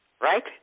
Right